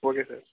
okay sir